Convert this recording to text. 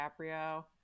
dicaprio